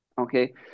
Okay